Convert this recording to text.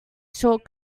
short